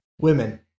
women